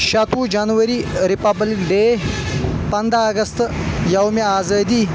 شیٚتوُہ جنوری republic day پنٛدہ اگست یومِ آزٲدی